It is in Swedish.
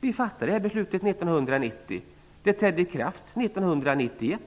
Vi fattade det beslutet 1990. Det trädde i kraft 1991.